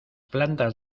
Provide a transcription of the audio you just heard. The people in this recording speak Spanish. plantas